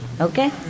okay